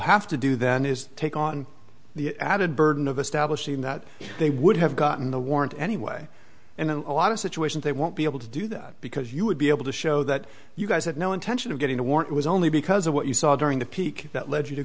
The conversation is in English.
have to do then is take on the added burden of establishing that they would have gotten the warrant anyway and in a lot of situations they won't be able to do that because you would be able to show that you guys had no intention of getting a warrant was only because of what you saw during the peak that led you to